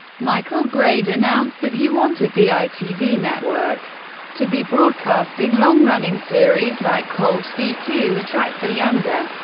michael grade announced that he wanted the itv network to be broadcasting long-running series like cold feet to attract the younger,